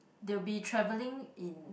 they'll be traveling in